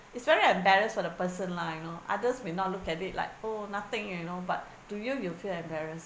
it's very embarrassed for the person lah you know others may not look at it like oh nothing you know but to you you feel embarrassed